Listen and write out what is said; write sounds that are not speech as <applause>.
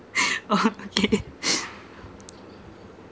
<laughs> oh okay <laughs>